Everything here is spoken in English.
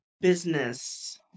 business